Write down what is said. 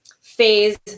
phase